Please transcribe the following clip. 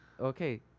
okay